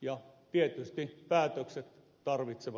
ja tietysti päätökset tarvitsevat useimmiten myös rahaa